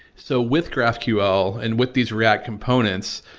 so, with graphql and with these react components,